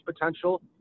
potential